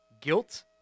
guilt